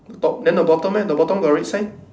top then the bottom leh the bottom got red sign